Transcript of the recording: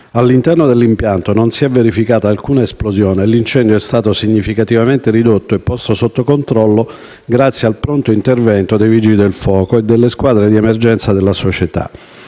All'interno dell'impianto non si è verificata alcuna esplosione e l'incendio è stato significativamente ridotto e posto sotto controllo grazie al pronto intervento dei vigili del fuoco e delle squadre di emergenza della società.